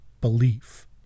belief